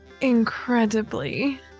Incredibly